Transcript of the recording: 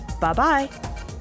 Bye-bye